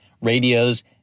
Radios